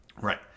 right